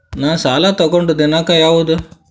ನಾ ಸಾಲ ತಗೊಂಡು ದಿನಾಂಕ ಯಾವುದು?